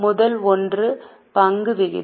முதல் ஒன்று பங்கு விகிதம்